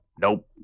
nope